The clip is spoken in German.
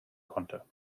konnte